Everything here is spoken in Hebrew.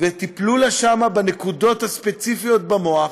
וטיפלו לה שם בנקודות הספציפיות במוח,